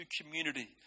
community